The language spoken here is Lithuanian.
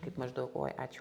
kaip maždaug oi ačiū